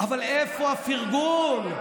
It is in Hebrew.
אבל איפה הפרגון?